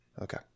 Okay